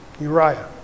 Uriah